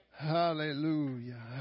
Hallelujah